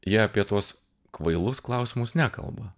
jie apie tuos kvailus klausimus nekalba